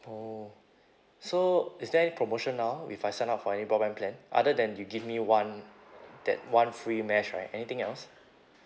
oh so is there any promotion now if I sign up for any broadband plan other than you give me one that one free mesh right anything else